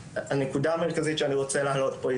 הנקודה המרכזית שאני רוצה להעלות פה היא